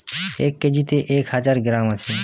এক কেজিতে এক হাজার গ্রাম আছে